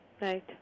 Right